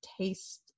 taste